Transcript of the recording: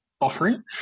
offering